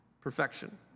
perfection